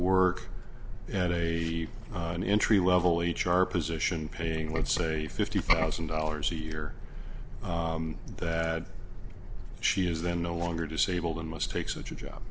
work and a an entry level h r position paying let's say fifty thousand dollars a year that she is then no longer disabled and must take such a job